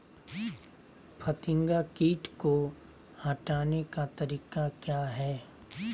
फतिंगा किट को हटाने का तरीका क्या है?